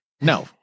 No